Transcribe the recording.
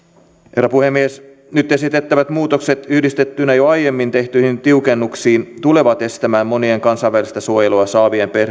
herra puhemies nyt esitettävät muutokset yhdistettyinä jo aiemmin tehtyihin tiukennuksiin tulevat estämään monien kansainvälistä suojelua saavien